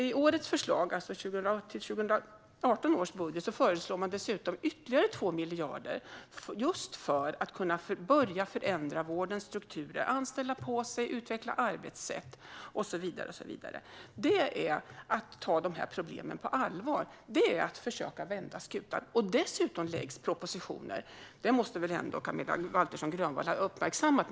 I årets förslag, alltså i 2018 års budget, föreslår man dessutom ytterligare 2 miljarder just för att kunna börja förändra vårdens strukturer - anställa, utveckla arbetssätt och så vidare. Det är att ta problemen på allvar. Det är att försöka vända skutan. Dessutom läggs propositioner fram; det måste väl ändå Camilla Waltersson Grönvall ha uppmärksammat.